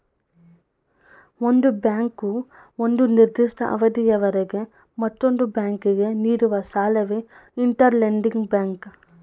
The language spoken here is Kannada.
ಒಂದು ಬ್ಯಾಂಕು ಒಂದು ನಿರ್ದಿಷ್ಟ ಅವಧಿಯವರೆಗೆ ಮತ್ತೊಂದು ಬ್ಯಾಂಕಿಗೆ ನೀಡುವ ಸಾಲವೇ ಇಂಟರ್ ಲೆಂಡಿಂಗ್ ಬ್ಯಾಂಕ್